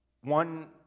one